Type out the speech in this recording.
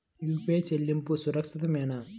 UPI చెల్లింపు సురక్షితమేనా?